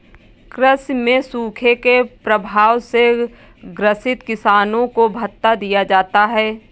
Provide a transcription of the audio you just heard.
कृषि में सूखे के प्रभाव से ग्रसित किसानों को भत्ता दिया जाता है